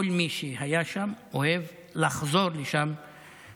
העם שלה נהדר, מהעמים הכי נהדרים בעולם.